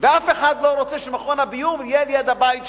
ואף אחד לא רוצה שמכון הביוב יהיה על-יד הבית שלו.